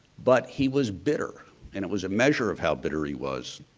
but he was bitter and it was a measure of how bitter he was.